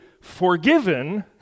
forgiven